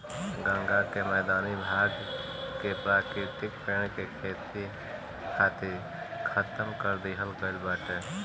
गंगा कअ मैदानी भाग के प्राकृतिक पेड़ के खेती खातिर खतम कर दिहल गईल बाटे